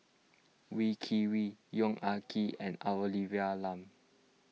Wee Kim Wee Yong Ah Kee and Olivia Lum